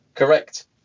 Correct